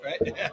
right